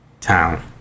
Town